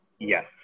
Yes